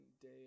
day